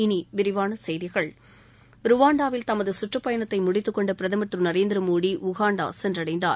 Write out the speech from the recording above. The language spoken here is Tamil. இனி விரிவான செய்திகள் ருவாண்டாவில் தனது சுற்றுப் பயணத்தை முடித்துக் கொண்ட பிரதமர் திரு நரேந்திர மோடி உகாண்டா சென்றடைந்தார்